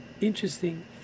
interesting